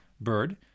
bird